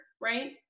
right